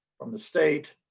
from the state,